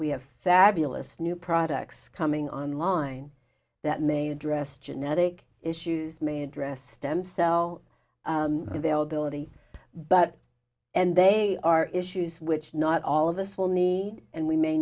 we have fabulous new products coming online that may address genetic issues may address stem cell they'll ability but and they are issues which not all of us will need and we may